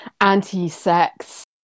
anti-sex